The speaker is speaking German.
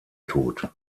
tut